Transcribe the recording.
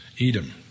Edom